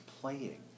playing